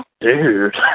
dude